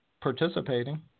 participating